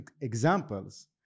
examples